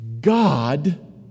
God